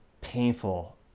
painful